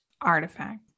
artifact